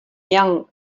young